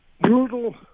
brutal